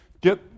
get